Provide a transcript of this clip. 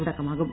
തുടക്കമാകും